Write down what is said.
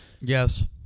yes